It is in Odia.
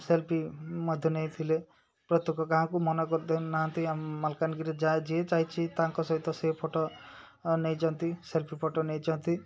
ସେଲ୍ଫି ମଧ୍ୟ ନେଇଥିଲେ ପ୍ରତ୍ୟେକ କାହାକୁ ମନ କରିଦଉ ନାହାନ୍ତି ଆମ ମାଲକାନିଗିରିରେ ଯା ଯିଏ ଯାଇଛିି ତାଙ୍କ ସହିତ ସେ ଫଟୋ ନେଇଛନ୍ତି ସେଲ୍ଫି ଫଟୋ ନେଇଛନ୍ତି